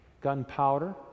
gunpowder